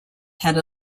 had